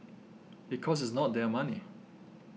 because it's not their money